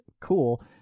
cool